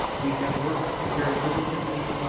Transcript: we have worked very diligently,